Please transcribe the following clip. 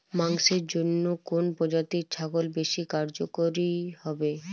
মাংসের জন্য কোন প্রজাতির ছাগল বেশি কার্যকরী হবে?